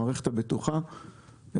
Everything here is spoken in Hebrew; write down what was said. המערכת הבטוחה,